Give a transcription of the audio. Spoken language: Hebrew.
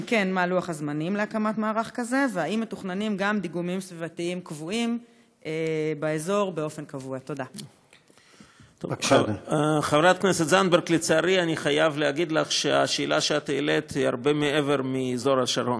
2. אם כן, מה לוח הזמנים להקמת מערך כזה?